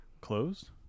closed